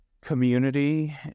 community